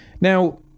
Now